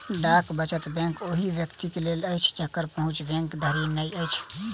डाक वचत बैंक ओहि व्यक्तिक लेल अछि जकर पहुँच बैंक धरि नै अछि